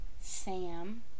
Sam